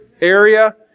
area